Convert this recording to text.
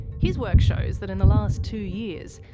his work shows that in the last two years,